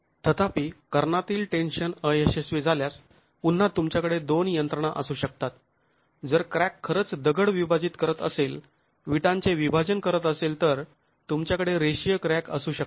तथापि कर्णातील टेन्शन अयशस्वी झाल्यास पुन्हा तुमच्याकडे दोन यंत्रणा असू शकतात जर क्रॅक खरंच दगड विभाजित करत असेल विटांचे विभाजन करत असेल तर तुमच्याकडे रेषीय क्रॅक असू शकतात